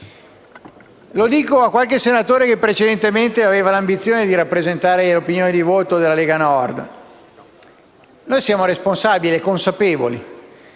Lo dico a qualche senatore che precedentemente aveva l'ambizione di rappresentare gli orientamenti di voto della Lega Nord. Noi siamo responsabili e consapevoli